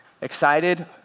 excited